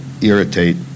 irritate